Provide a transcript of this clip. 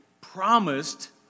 promised